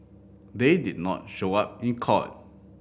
they did not show up in court